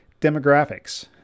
demographics